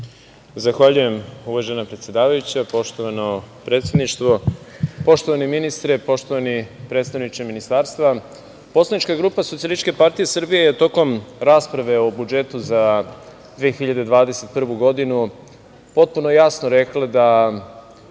Zahvaljujem uvažena predsedavajuća, poštovano predsedništvo, poštovani ministre, poštovani predstavniče ministarstva. Poslanička grupa SPS je tokom rasprave o budžetu za 2021. godinu potpuno jasno rekla da